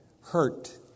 hurt